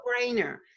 brainer